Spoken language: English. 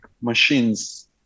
machines